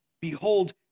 Behold